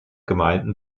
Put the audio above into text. gemeinden